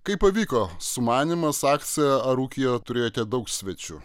kaip pavyko sumanymas akcija ar ūkyje turėjote daug svečių